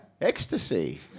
ecstasy